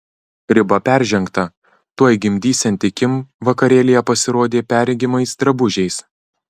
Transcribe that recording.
riba peržengta tuoj gimdysianti kim vakarėlyje pasirodė perregimais drabužiais